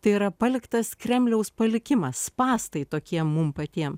tai yra paliktas kremliaus palikimas spąstai tokie mum patiem